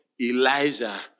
Elijah